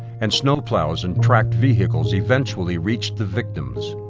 and snowplows and tracked vehicles eventually reached the victims.